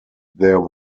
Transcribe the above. there